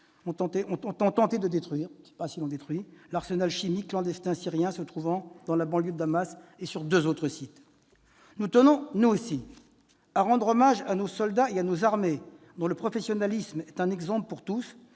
y sont parvenus -l'arsenal chimique clandestin syrien se trouvant dans la banlieue de Damas et sur deux autres sites. Nous tenons, nous aussi, à rendre hommage à nos soldats et à nos armées, dont le professionnalisme est un exemple pour tous.